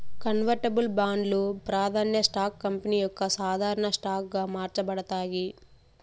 convertible బాండ్లు, ప్రాదాన్య stocks company యొక్క సాధారన స్టాక్ గా మార్చబడతాయి